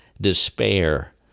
despair